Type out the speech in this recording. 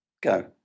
Go